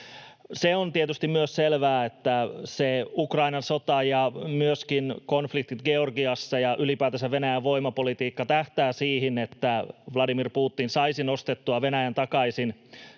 Se on tietysti myös selvää, että Ukrainan sota ja myöskin konfliktit Georgiassa ja ylipäätänsä Venäjän voimapolitiikka tähtäävät siihen, että Vladimir Putin saisi nostettua Venäjän takaisin